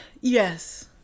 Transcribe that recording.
Yes